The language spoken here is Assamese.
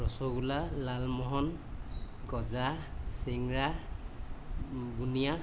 ৰছগোল্লা লালমোহন গজা চিংৰা বুনিয়া